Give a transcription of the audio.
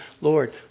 Lord